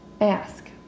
ask